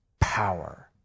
power